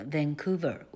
Vancouver